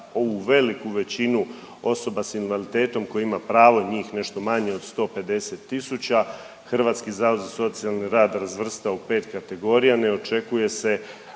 ovu veliku većinu osoba s invaliditetom koji ima pravo, njih nešto manje od 150 tisuća, Hrvatski zavod za socijalni rad razvrsta u 5 kategorija ne očekuje se